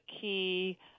key